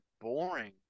boring